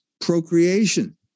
procreation